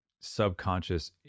subconscious